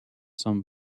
some